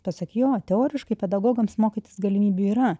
pasak jo teoriškai pedagogams mokytis galimybių yra